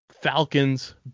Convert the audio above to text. Falcons